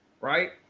right